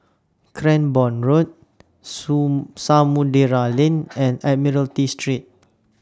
Cranborne Road Samudera Lane and Admiralty Street